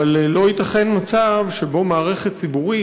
אבל לא ייתכן מצב שבו מערכת ציבורית,